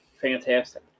fantastic